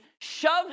shoved